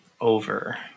over